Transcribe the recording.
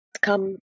come